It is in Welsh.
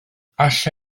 alla